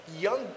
young